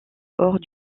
hors